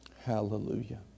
Hallelujah